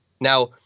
Now